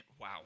wow